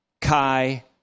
kai